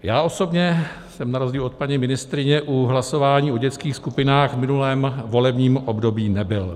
Já osobně jsem na rozdíl od paní ministryně u hlasování o dětských skupinách v minulém volebním období nebyl.